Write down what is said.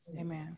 Amen